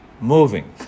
moving